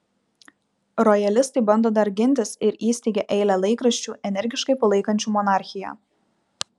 rojalistai bando dar gintis ir įsteigia eilę laikraščių energiškai palaikančių monarchiją